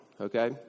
Okay